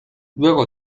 luego